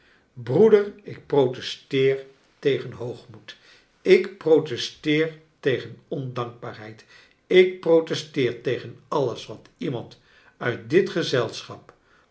broeder ik protesteer tegen hoogmoed ik protesteer tegen ondankbaarheid ik protesteer tegen alles wat iemand uit dit gezelschap